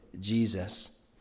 Jesus